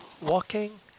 walking